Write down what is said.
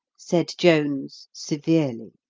said jones severely.